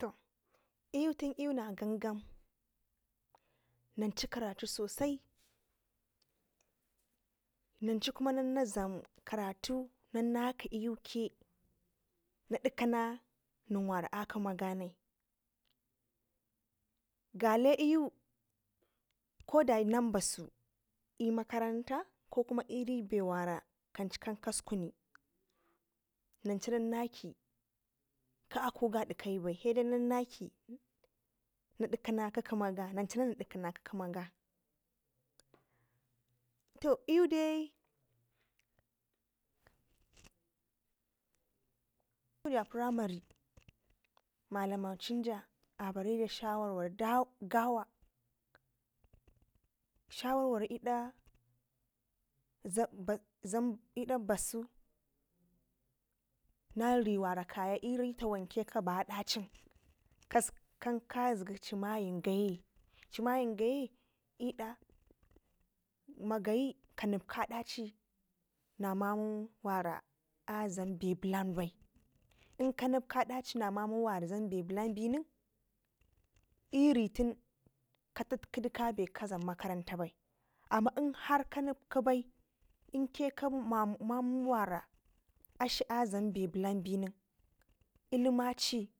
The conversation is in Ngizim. To iyu tun i'na gangam nancu karatu sosai nancu kuma nazam karatu nan naki iyuke nadikanan nen wara akimagannai gale iyu koda nanbasu i'makaranta kokuma i'bewara kanci kan kasukuni nanci nan naki ki akuga nai dikayu bai saidai nan naki nakdikana ki kema ganai to iyudai tun ja Primary malamancinja a bariwa shawarwari gawa shawarwari ida basu nari wara kaya iri tawanke kaba adacin kan kazgi ci mayin gaye cimayen gaye iɗa makayi ka nepka adaci na mamuwara a dlam be blanbai inka nepki adaci na mamu wara dlambe blanbinen iritin katatkidu kabe ka dlam makaranta bai amma in har ka nep kibai inkeka mamu wara akshi a dlam be blan be nen ilimaci